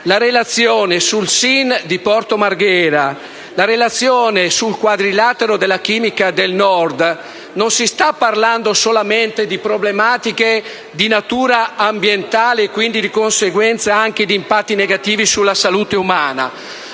le relazioni sul SIN di Porto Marghera e sul cosiddetto quadrilatero della chimica del Nord, si sta parlando non solamente di problematiche di natura ambientale (quindi, di conseguenza, anche di impatti negativi sulla salute umana),